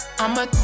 I'ma